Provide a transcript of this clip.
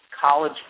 college